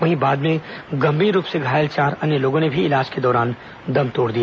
वहीं बाद में गंभीर रूप से घायल चार अन्य लोगों ने भी इलाज के दौरान दम तोड़ दिया